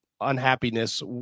unhappiness